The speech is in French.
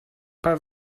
pas